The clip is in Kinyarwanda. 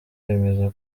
yemeza